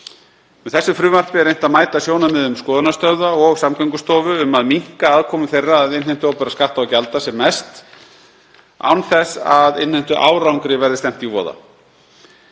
Með þessu frumvarpi er reynt að mæta sjónarmiðum skoðunarstöðva og Samgöngustofu um að minnka aðkomu þeirra að innheimtu opinberra skatta og gjalda sem mest má án þess að innheimtuárangri verði stefnt í voða.